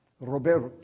Roberto